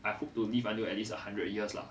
I hope to live until at least one hundred years lah